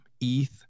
Eth